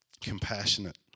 Compassionate